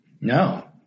No